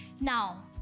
Now